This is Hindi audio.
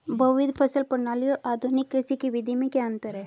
बहुविध फसल प्रणाली और आधुनिक कृषि की विधि में क्या अंतर है?